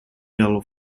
yellow